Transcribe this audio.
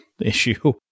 issue